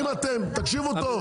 תקשיבו טוב,